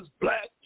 black